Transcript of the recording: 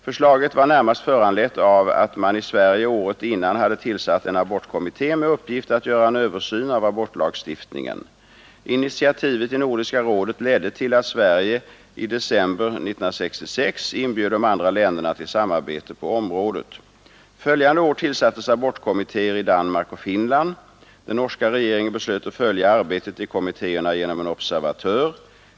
Förslaget var närmast föranlett av att man i Sverige året innan hade tillsatt en abortkommitté med uppgift att göra en översyn av abortlagstiftningen. Initiativet i Nordiska rådet ledde till att Sverige i december 1966 inbjöd de andra länderna till samarbete på området. Följande år tillsattes abortkommittéer i Danmark och Finland. Den norska regeringen beslöt att följa arbetet i kommittéerna genom en observatör.